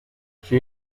she